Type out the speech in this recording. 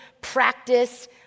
practice